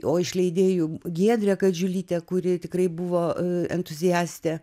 o iš leidėjų giedrę kadžiulytę kuri tikrai buvo entuziastė